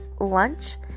lunch